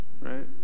right